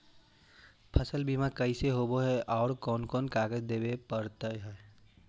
फसल बिमा कैसे होब है और कोन कोन कागज देबे पड़तै है?